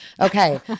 Okay